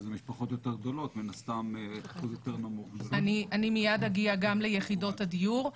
מדובר במשפחות גדולות יותר אז --- מיד אגיע גם ליחידות הדיור.